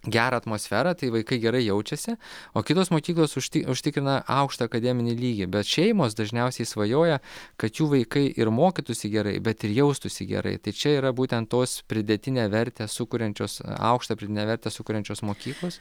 gerą atmosferą tai vaikai gerai jaučiasi o kitos mokyklos užti užtikrina aukštą akademinį lygį bet šeimos dažniausiai svajoja kad jų vaikai ir mokytųsi gerai bet ir jaustųsi gerai tai čia yra būtent tos pridėtinę vertę sukuriančios aukštą pridėtinę vertę sukuriančios mokyklos